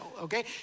Okay